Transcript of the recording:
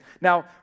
Now